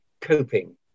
coping